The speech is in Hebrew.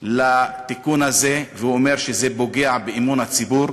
לתיקון הזה, והוא אומר שזה פוגע באמון הציבור.